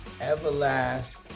Everlast